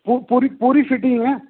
पूरी पूरी फिटिंग ऐ